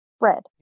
red